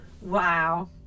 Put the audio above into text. wow